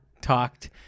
talked